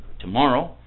tomorrow